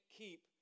keep